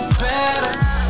better